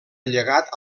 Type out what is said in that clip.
llegat